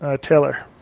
Taylor